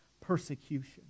persecution